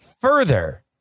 further